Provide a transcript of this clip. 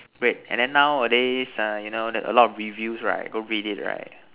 wait and then nowadays ah you know a lot of reviews right go read it right